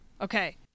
Okay